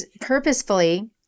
purposefully